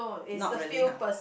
not really [huh]